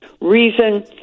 Reason